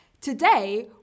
Today